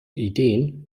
ideen